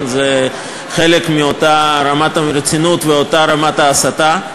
זה חלק מאותה רמת הרצינות ואותה רמת ההסתה.